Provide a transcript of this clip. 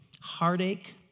heartache